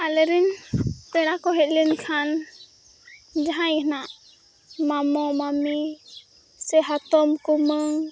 ᱟᱞᱮᱨᱮᱱ ᱯᱮᱲᱟᱠᱚ ᱦᱮᱡ ᱞᱮᱱᱠᱷᱟᱱ ᱡᱟᱦᱟᱸᱭ ᱦᱮᱱᱟᱜ ᱢᱟᱢᱚᱼᱢᱟᱢᱤ ᱥᱮ ᱦᱟᱛᱚᱢᱼᱠᱩᱟᱹᱝ